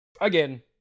again